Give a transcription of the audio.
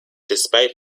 despite